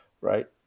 right